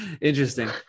interesting